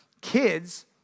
kids